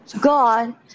God